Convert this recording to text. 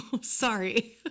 sorry